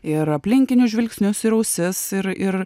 ir aplinkinių žvilgsnius ir ausis ir ir